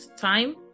time